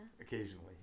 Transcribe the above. Occasionally